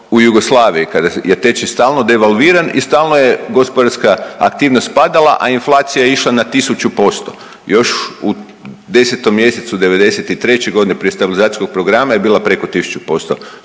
u Jugoslaviji kada je tečaj stalno devalviran i stalno je gospodarska aktivnost padala, a inflacija je išla na 1000 posto. Još u 10 mjesecu '93. godine prije stabilizacijskog programa je bila preko 1000%